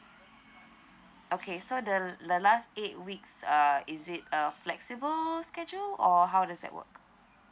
okay so the the last eight weeks uh is it uh flexible schedule or how does that work